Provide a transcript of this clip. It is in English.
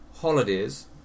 holidays